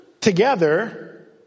together